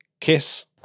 Kiss